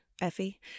Effie